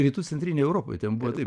rytų centrinėj europoj ten buvo taip